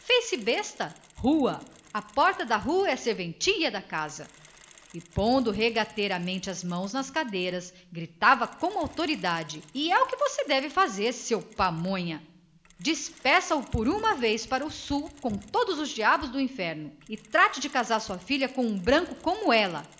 besta rua a porta da rua é a serventia da casa e é o que você deve fazer seu manuel não seja pamonha despeça o por uma vez para o sul com todos os diabos do inferno e trate de casar sua filha com um branco como ela